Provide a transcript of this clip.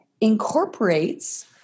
incorporates